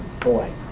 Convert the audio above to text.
Boy